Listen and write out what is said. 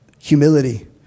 Humility